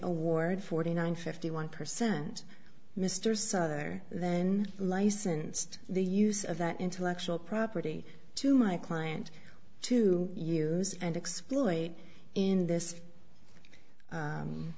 award forty nine fifty one percent mr sonner then licensed the use of that intellectual property to my client to use and exploit in this